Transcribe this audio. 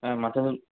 ஆ மற்றபடி